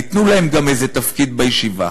ייתנו להם גם איזה תפקיד בישיבה.